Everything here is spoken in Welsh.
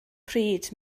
pryd